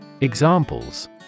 Examples